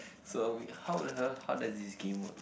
so how would her how does this game work